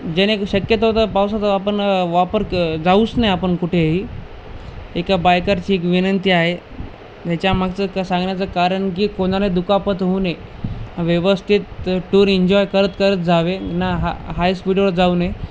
जेणे शक्यतो आता पावसाचा आपण वापर क जाऊच नये आपण कुठेही एका बायकरची एक विनंती आहे ह्याच्यामागचं का सांगण्याचं कारण की कोणाला दुखापत होऊ नये व्यवस्थित टूर इन्जॉय करत करत जावे ना हा हाय स्पीडवर जाऊ नये